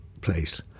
place